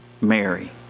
Mary